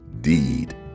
deed